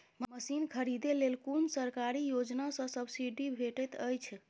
Machine खरीदे लेल कुन सरकारी योजना सऽ सब्सिडी भेटैत अछि?